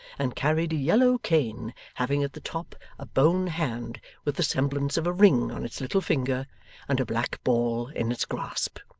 and carried a yellow cane having at the top a bone hand with the semblance of a ring on its little finger and a black ball in its grasp.